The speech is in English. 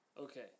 Okay